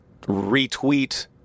retweet